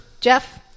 Jeff